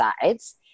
sides